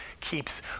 keeps